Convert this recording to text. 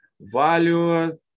Values